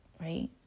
right